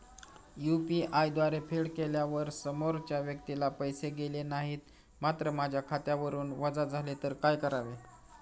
UPI द्वारे फेड केल्यावर समोरच्या व्यक्तीला पैसे गेले नाहीत मात्र माझ्या खात्यावरून वजा झाले तर काय करावे?